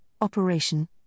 operation